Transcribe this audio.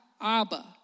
Abba